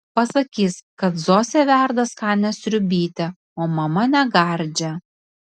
pasakys kad zosė verda skanią sriubytę o mama negardžią